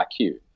IQ